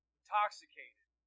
intoxicated